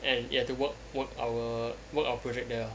and we have to work work our work our project there lah